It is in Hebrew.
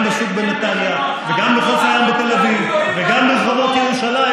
וגם בשוק בנתניה וגם בחוף הים בתל אביב וגם ברחובות ירושלים,